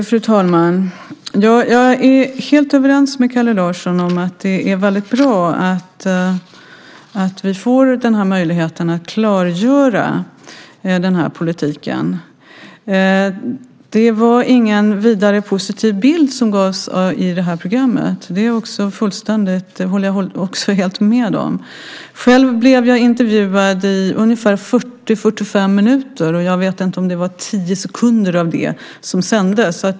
Fru talman! Jag är helt överens med Kalle Larsson om att det är väldigt bra att vi får möjlighet att klargöra den här politiken. Det var ingen vidare positiv bild som gavs i det här programmet. Det håller jag också helt med om. Själv blev jag intervjuad i ungefär 40-45 minuter, och jag vet inte om det var 10 sekunder av det som sändes.